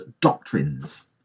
doctrines